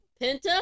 Penta